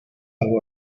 algo